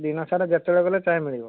ଦିନସାରା ଯେତେବେଳେ ଗଲେ ଚାହା ମିଳିବ